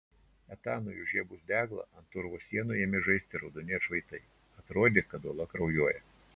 etanui užžiebus deglą ant urvo sienų ėmė žaisti raudoni atšvaitai atrodė kad uola kraujuoja